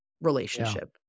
relationship